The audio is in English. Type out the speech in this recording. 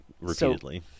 repeatedly